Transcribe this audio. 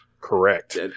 Correct